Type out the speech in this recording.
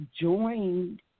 joined